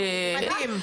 מדהים.